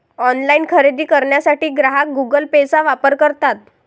online खरेदी करण्यासाठी ग्राहक गुगल पेचा वापर करतात